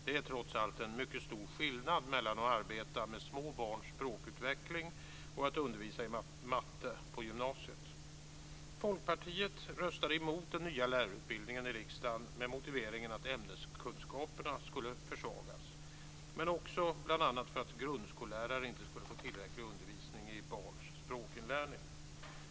Det är trots allt en mycket stor skillnad mellan att arbeta med små barns språkutveckling och att undervisa i matte på gymnasiet. Folkpartiet röstade i riksdagen emot den nya lärarutbildningen med motiveringen att ämneskunskaperna skulle försvagas, men också bl.a. därför att grundskolelärare inte skulle få tillräcklig undervisning i barns språkinlärning.